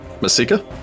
Masika